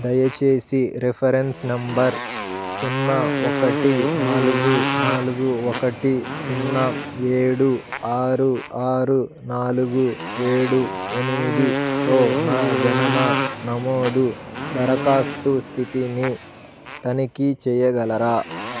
దయచేసి reference number సున్నా ఒకటి నాలుగు నాలుగు ఒకటి సున్నా ఏడు ఆరు ఆరు నాలుగు ఏడు ఎనిమిదితో నా జనన నమోదు దరఖాస్తు స్థితిని తనిఖీ చెయ్యగలరా